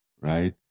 right